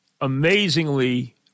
amazingly